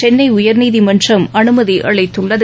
சென்னை உயர்நீதிமன்றம் அனுமதி அளித்துள்ளது